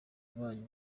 banyu